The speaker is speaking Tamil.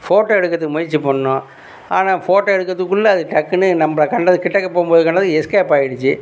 ஃபோட்டோ எடுக்கிறதுக்கு முயற்சி பண்ணிணோம் ஆனால் ஃபோட்டோ எடுக்கிறதுக்குள்ள அது டக்குன்னு நம்பளை கண்டதும் கிட்டக்க போகும்போது கண்டதும் எஸ்கேப் ஆயிடுச்சு